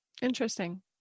Interesting